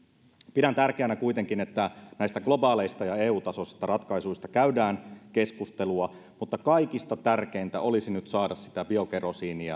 pidän tärkeänä kuitenkin että näistä globaaleista ja eu tasoisista ratkaisuista käydään keskustelua mutta kaikista tärkeintä olisi nyt saada sitä biokerosiinia